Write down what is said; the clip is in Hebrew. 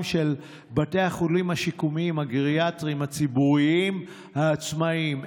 של בתי החולים השיקומיים הגריאטריים הציבוריים העצמאיים.